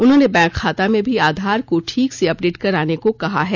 उन्होंने बैंक खाता में भी आधार को ठीक से अपडेट कराने को कहा है